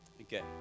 Okay